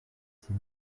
six